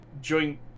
joint